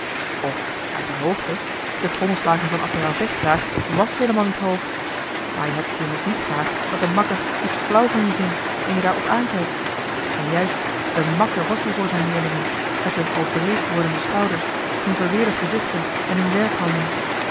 of uit de hoogte de trommelslager van admiraal vechtgraag wàs heelemaal niet hoog maar je hebt het immers niet graag dat een makker iets flauw van je vindt en je daar op aankijkt en juist een màkker was hij voor zijn leerlingen met hun al breed wordende schouders hun verweerde gezichten en hun